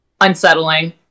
unsettling